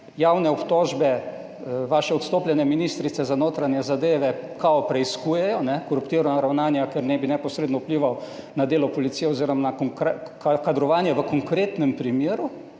javne obtožbe vaše odstopljene ministrice za notranje zadeve kao preiskujejo koruptivna ravnanja, ker naj bi neposredno vplival na delo policije oziroma na kadrovanje, v konkretnem primeru.